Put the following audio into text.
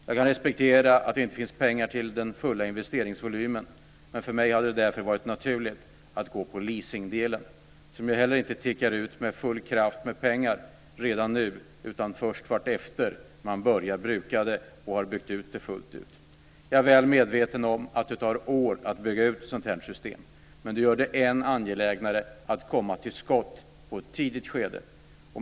Jag kan respektera att det inte finns pengar till den fulla investeringsvolymen. För mig hade det därför varit naturligt att inrikta mig på leasingdelen, som inte heller tickar ut med full kraft när det gäller pengar redan nu, utan först vartefter man börjar bruka systemet och har byggt ut det fullt ut. Jag är väl medveten om att det tar år att bygga ut ett sådant system. Det gör det än angelägnare att komma till skott i ett tidigt skede.